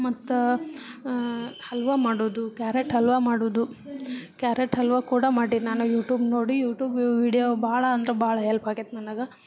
ಮತ್ತೆ ಹಲ್ವ ಮಾಡೋದು ಕ್ಯಾರೆಟ್ ಹಲ್ವ ಮಾಡೋದು ಕ್ಯಾರೆಟ್ ಹಲ್ವ ಕೂಡ ಮಾಡಿದ್ದು ನಾನು ಯೂಟೂಬ್ ನೋಡಿ ಯೂಟೂಬ್ ವೀಡ್ಯೋ ಭಾಳ ಅಂದ್ರೆ ಭಾಳ ಹೆಲ್ಪ್ ಆಗೈತಿ ನನಗೆ